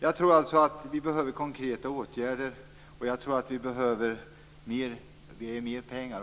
Jag tror alltså att det behövs konkreta åtgärder och mer pengar.